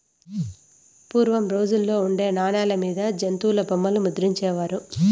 పూర్వం రోజుల్లో ఉండే నాణాల మీద జంతుల బొమ్మలు ముద్రించే వారు